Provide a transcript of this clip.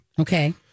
Okay